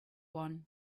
one